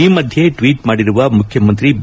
ಈ ಮಧ್ಯೆ ಟ್ವೀಟ್ ಮಾಡಿರುವ ಮುಖ್ಯಮಂತ್ರಿ ಬಿ